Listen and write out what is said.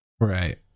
Right